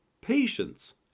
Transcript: patience